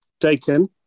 taken